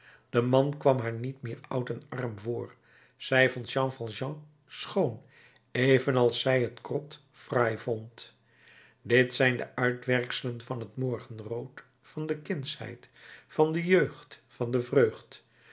de man kwam haar niet meer oud en arm voor zij vond jean valjean schoon evenals zij het krot fraai vond dit zijn de uitwerkselen van het morgenrood van de kindsheid van de jeugd van de vreugd